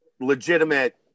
legitimate